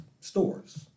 stores